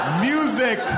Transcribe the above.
Music